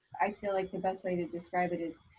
i feel like the best way to describe it is